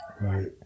Right